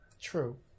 True